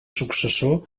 successor